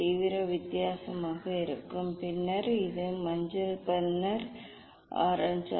தீவிரம் வித்தியாசமாக இருக்கும் பின்னர் இது மஞ்சள் பின்னர் ஆரஞ்சு